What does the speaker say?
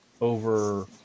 over